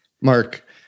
Mark